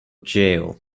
jail